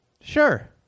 Sure